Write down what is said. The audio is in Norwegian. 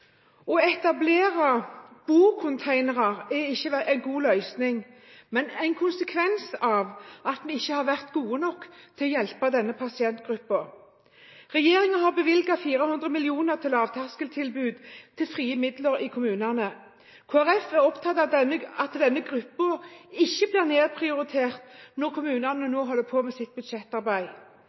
Å etablere bo-containere er ikke en god løsning, men det er en konsekvens av at vi ikke har vært gode nok til å hjelpe denne pasientgruppen. Regjeringen har bevilget 400 mill. kr til lavterskeltilbud i frie midler til kommunene. Kristelig Folkeparti er opptatt av at denne gruppen ikke blir nedprioritert når kommunene nå holder på med sitt budsjettarbeid.